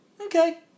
okay